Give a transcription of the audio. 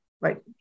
right